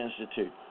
Institute